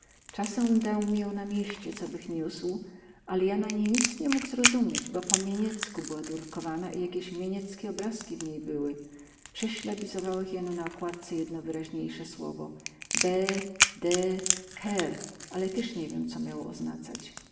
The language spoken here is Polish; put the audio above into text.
casem dał mi ją na mieście cobych niósł ale ja na niej nic ni mógł zrozumieć bo po miemiecku była durkowana i jakiesi miemieckie obrazki w niej były prześlabizowałech ino na okładce jedno wyraźniejse słowo bae dec ker ale tyz nie wiem co miało oznacać